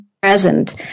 present